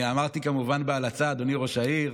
אני דיברתי כמובן בהלצה, אדוני ראש העיר,